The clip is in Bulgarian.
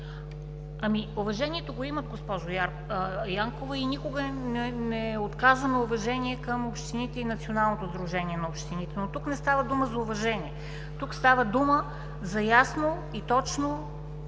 Уважението го имат, госпожо Янкова, и никога не е отказано уважение към общините и към Националното сдружение на общините. Тук обаче не става дума за уважение, става дума за ясно и точно